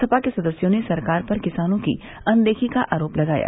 सपा के सदस्यों ने सरकार पर किसानों की अनदेखी का आरोप लगाया